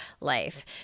life